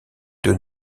deux